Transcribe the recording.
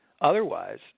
Otherwise